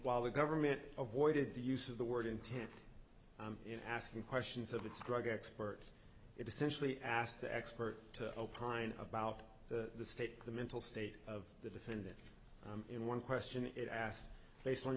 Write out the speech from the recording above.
while the government avoided the use of the word intent in asking questions of its drug expert it essentially asked the expert to opine about the state the mental state of the defendant in one question it asked based on